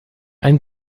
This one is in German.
ein